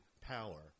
power